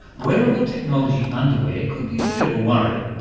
wearable technology underwear could be a bit of a worry.